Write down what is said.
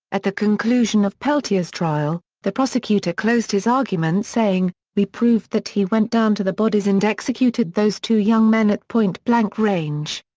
at the conclusion of peltier's trial, the prosecutor closed his argument saying, we proved that he went down to the bodies and executed those two young men at point blank range.